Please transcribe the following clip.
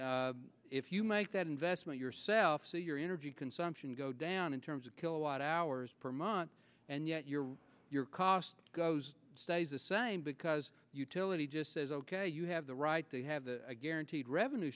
and if you make that investment yourself so your energy consumption go down in terms of kilowatt hours per month and yet your your cost goes stays the same because utility just says ok you have the right to have a guaranteed revenue